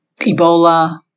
Ebola